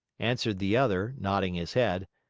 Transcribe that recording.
answered the other, nodding his head.